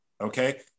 Okay